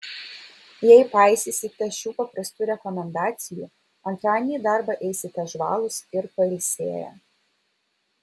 jei paisysite šių paprastų rekomendacijų antradienį į darbą eisite žvalūs ir pailsėję